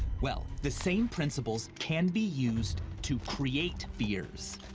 well, the same principles can be used to create fears.